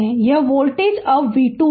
तो यह वोल्टेज अब v 2 है